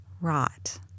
rot